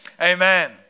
Amen